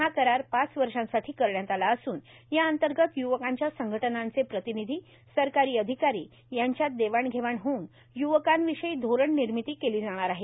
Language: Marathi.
हा करार पाच वर्षांसाठी करण्यात आला असून या अंतर्गत युवकांच्या संघटनाचे प्रतिनिधी सरकारी अधिकारी यांच्यात देवाणघेवाण होऊन युवकांविषयी धोरण निर्मिती केली जाणार आहे